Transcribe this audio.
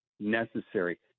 necessary